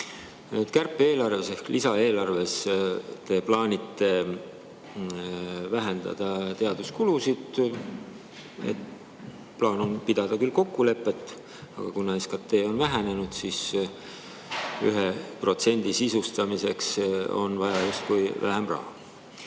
Kärpe-eelarves ehk lisaeelarves te plaanite vähendada teaduskulusid. Plaan on pidada küll kokkuleppest kinni, aga kuna SKT on vähenenud, siis on 1% sisustamiseks vaja justkui vähem raha. Nüüd,